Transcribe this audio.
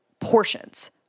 portions